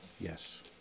Yes